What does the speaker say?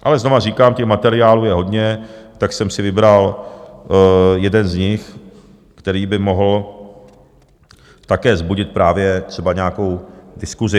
Ale znovu říkám, těch materiálů je hodně, tak jsem si vybral jeden z nich, který by mohl také vzbudit právě třeba nějakou diskusi.